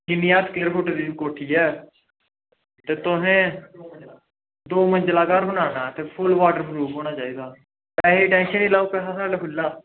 तीन ज्हार square foot दी कोठी ऐ ते तुसें दौ मंजिलवा घर बनाना ते फुल वॉटरप्रूफ होना चाहिदा पैसें दी टेंशन निं लैओ पैसा खुल्ला